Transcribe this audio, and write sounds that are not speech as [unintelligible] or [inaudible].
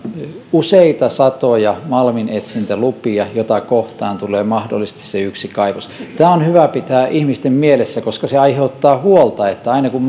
useita satoja malminetsintälupia joita kohtaan tulee mahdollisesti se yksi kaivos tämä on hyvä pitää ihmisten mielessä koska se aiheuttaa huolta eli aina kun [unintelligible]